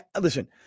listen